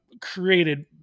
created